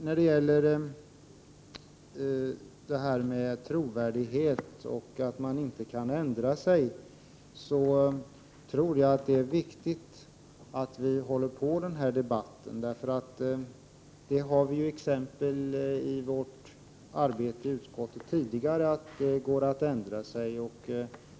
När det gäller trovärdighet och detta att man inte kan ändra sig anser jag att det är viktigt att vi debatterar de här frågorna. Från vårt arbete i utskottet har vi exempel på att det går att ändra sig — det har vi sett tidigare.